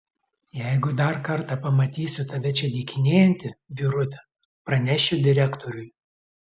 jeigu dar kartą pamatysiu tave čia dykinėjantį vyruti pranešiu direktoriui